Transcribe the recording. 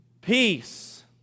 Peace